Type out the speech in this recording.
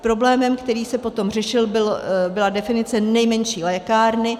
Problémem, který se potom řešil, byla definice nejmenší lékárny.